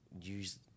use